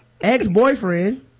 Ex-boyfriend